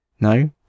No